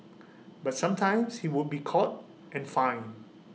but sometimes he would be caught and fined